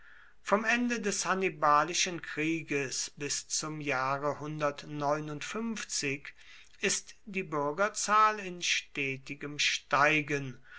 vom ende des hannibalischen krieges bis zum jahre ist die bürgerzahl in stetigem steigen